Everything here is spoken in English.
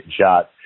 shot